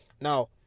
Now